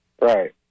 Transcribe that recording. Right